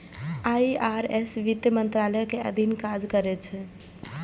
IRS वित्त मंत्रालय के अधीन काज करै छै